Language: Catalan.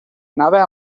anava